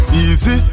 easy